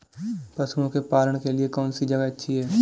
पशुओं के पालन के लिए कौनसी जगह अच्छी है?